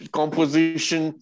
composition